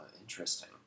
Interesting